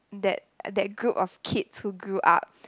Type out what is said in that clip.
that that group of kids who grew up